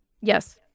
Yes